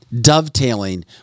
dovetailing